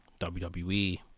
WWE